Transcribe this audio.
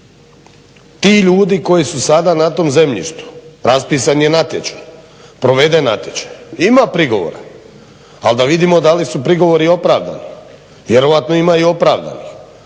Ti ljudi koji su sada na tom zemljištu, raspisan je natječaj, proveden natječaj, ima prigovora, ali da vidimo da li su prigovori opravdani, vjerojatno ima i opravdanih.